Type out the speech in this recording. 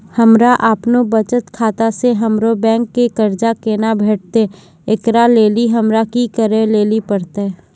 हमरा आपनौ बचत खाता से हमरौ बैंक के कर्जा केना कटतै ऐकरा लेली हमरा कि करै लेली परतै?